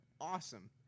awesome